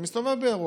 אתה מסתובב באירופה,